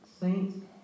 saints